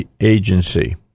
agency